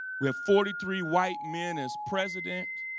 we have forty three white men as president.